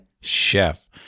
Chef